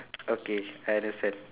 okay I understand